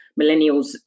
millennials